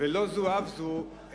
ולא זו אף זו,